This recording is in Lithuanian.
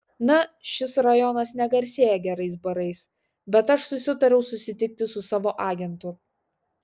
na šis rajonas negarsėja gerais barais bet aš susitariau susitikti su savo agentu